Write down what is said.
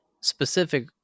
specific